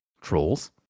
Trolls